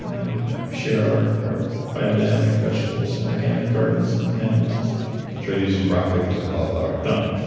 and and share our our bio dynamic vegetables and organic gardens, and animals, and stuff i'll trade you some broccoli for some cauliflower done.